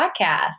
podcast